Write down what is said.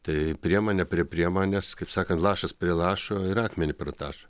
tai priemonė prie priemonės kaip sakant lašas prie lašo ir akmenį pratašo